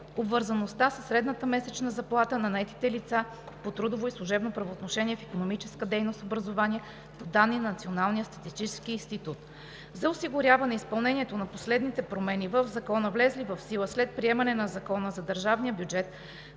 обвързаността със средната месечна заплата на наетите лица по трудово и служебно правоотношение в икономическа дейност „Образование“ по данни на Националния статистически институт; - за осигуряване изпълнението на последните промени в Закона, влезли в сила след приемането на Закона за държавния бюджет,